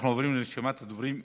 אנחנו עוברים לרשימת הדוברים.